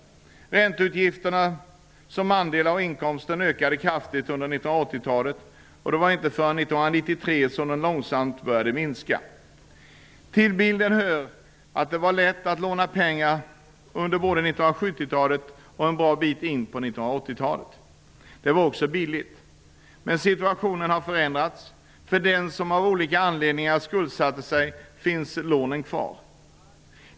Ränteutgifterna som andel av inkomsten ökade kraftigt under 1980-talet. Det var inte förrän 1993 som den långsamt började minska. Till bilden hör att det var lätt att låna pengar under 1970-talet och en bra bit in på 1980-talet. Det var också billigt. Men situationen har förändrats. För den som av olika anledningar skuldsatte sig finns lånen kvar.